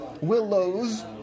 willows